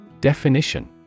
Definition